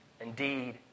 Indeed